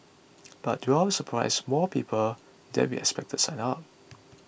but to our surprise more people than we expected signed up